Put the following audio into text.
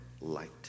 light